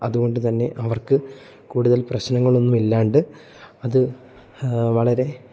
അതുകൊണ്ട് തന്നെ അവർക്ക് കൂടുതൽ പ്രശ്നങ്ങളൊന്നും ഇല്ലാണ്ട് അത് വളരെ